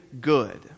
good